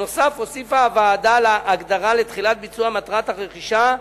נוסף על כך הוסיפה הוועדה הגדרה ל"תחילת ביצוע מטרת הרכישה",